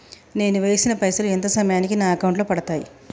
నేను వేసిన పైసలు ఎంత సమయానికి నా అకౌంట్ లో పడతాయి?